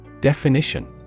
Definition